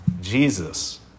Jesus